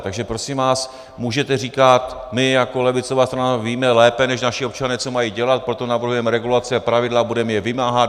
Takže prosím vás, můžete říkat: My jako levicová strana víme lépe než naši občané, co mají dělat, proto navrhujeme regulaci a pravidla a budeme je vymáhat.